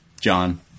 John